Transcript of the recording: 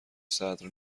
صدر